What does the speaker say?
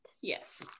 yes